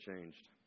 changed